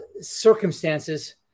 circumstances